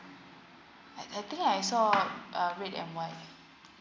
I I think I saw uh red and white